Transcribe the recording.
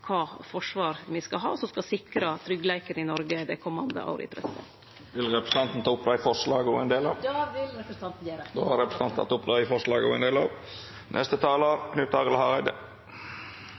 kva forsvar me skal ha, som skal sikre tryggleiken i Noreg dei komande åra. Vil representanten Navarsete ta opp forslaga frå Senterpartiet? Ja, det vil eg gjere. Representanten Liv Signe Navarsete har teke opp dei forslaga ho refererte til. Eg ser fram til budsjettdebatten, men eg har